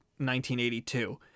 1982